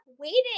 waiting